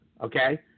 okay